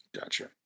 Gotcha